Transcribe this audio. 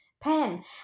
pen